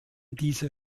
diese